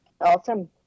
Awesome